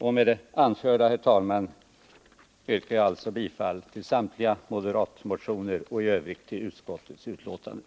Med det anförda yrkar jag, herr talman, bifall till samtliga moderatreservationer och i övrigt till utskottets hemställan.